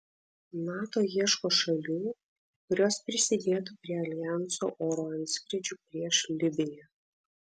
nato ieško šalių kurios prisidėtų prie aljanso oro antskrydžių prieš libiją